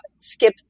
skip